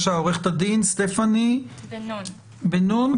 סטפאני בן נון,